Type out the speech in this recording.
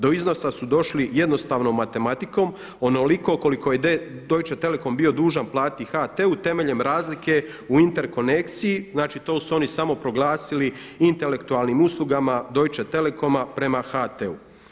Do iznosa su došli jednostavnom matematikom onoliko koliko je Deutsche Telekom bio dužan platiti HT-u temeljem razlike u inter konekciji, znači to su oni samo proglasili intelektualnim uslugama Deutsche Telekoma prema HT-u.